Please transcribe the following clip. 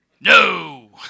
No